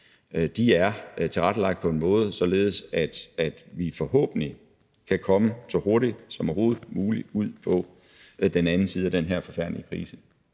er tilrettelagt på en måde, således at vi forhåbentlig kan komme så hurtigt som overhovedet muligt ud på den anden side af den her forfærdelige krise.